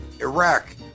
Iraq